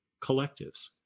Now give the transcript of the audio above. collectives